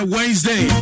Wednesday